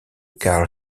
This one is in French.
carl